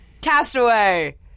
Castaway